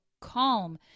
calm